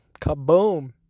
Kaboom